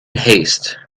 haste